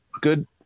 good